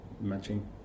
matching